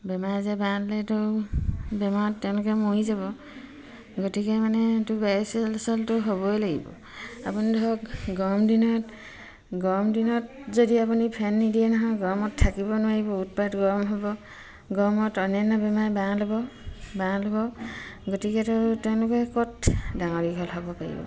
বেমাৰ আজাৰে বাঁহ ল'লেতো বেমাৰত তেওঁলোকে মৰি যাব গতিকে মানে ত' বায়ু চলাচলটো হ'বই লাগিব আপুনি ধৰক গৰম দিনত গৰম দিনত যদি আপুনি ফেন নিদিয়ে নহয় গৰমত থাকিব নোৱাৰিব উৎকট গৰম হ'ব গৰমত অন্যান্য বেমাৰে বাঁহ ল'ব বাঁহ ল'ব গতিকেতো তেওঁলোকে ক'ত ডাঙৰ দীঘল হ'ব পাৰিব